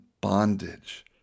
bondage